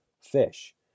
fish